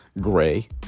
gray